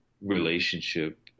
relationship